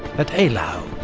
at eylau.